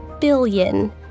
billion